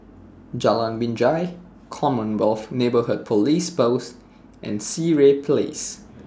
Jalan Binjai Commonwealth Neighbourhood Police Post and Sireh Place